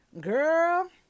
Girl